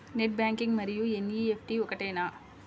Net banking మరియు NEFT ఒకటేనా?